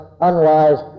unwise